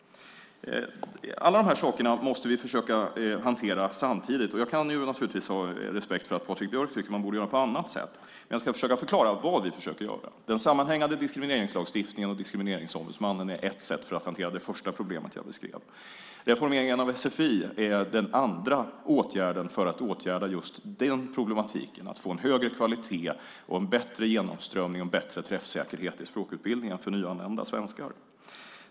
Alla dessa saker måste vi försöka hantera samtidigt. Jag kan ha respekt för att Patrik Björck tycker att man borde göra det på ett annat sätt, men jag ska förklara vad vi försöker göra. Den sammanhängande diskrimineringslagstiftningen och den nya diskrimineringsmannen är ett sätt att hantera det första problemet jag beskrev. Reformeringen av sfi är en åtgärd för att lösa den andra problematiken. Vi får högre kvalitet, bättre genomströmning och bättre träffsäkerhet i språkutbildningen för nyanlända svenskar.